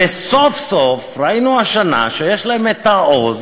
וסוף-סוף ראינו השנה שיש להם את העוז,